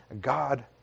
God